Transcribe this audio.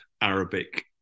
Arabic